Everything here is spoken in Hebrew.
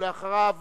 ואחריו,